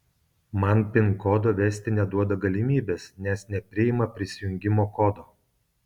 man pin kodo vesti neduoda galimybės nes nepriima prisijungimo kodo